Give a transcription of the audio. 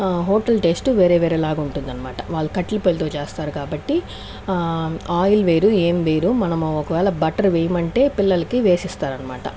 hotel taste వేరే వేరే లాగా ఉంటుంది అనమాట వాళ్ళు కట్టెల పొయ్యి మీద చేస్తారు కాబట్టి ఆయిల్ వేయరు ఏం వేయరు మనం ఒకవేళ బట్టర్ వేయమంటే పిల్లలకి వేసి ఇస్తారనమాట